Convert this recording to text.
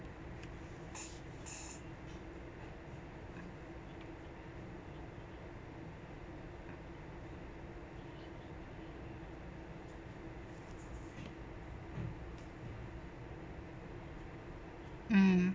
mm